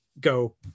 go